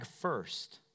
first